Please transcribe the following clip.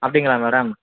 அப்படிங்களா மேடம்